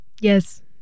Yes